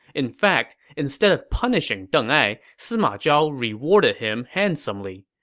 in fact, instead of punishing deng ai, sima zhao rewarded him handsomely.